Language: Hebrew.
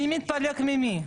מי מתפלג ממי?